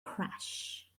crash